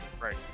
Right